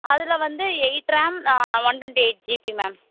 அதில் வந்து eight RAM one twenty eight GB ma'am